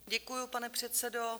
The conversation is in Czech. Děkuji, pane předsedo.